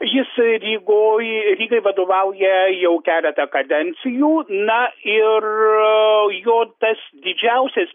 jis rygoj rygai vadovauja jau keletą kadencijų na ir jo tas didžiausias